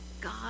God